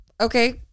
okay